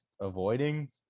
avoiding